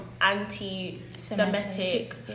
anti-Semitic